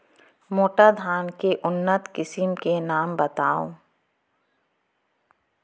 मोटा धान के उन्नत किसिम के नाम बतावव?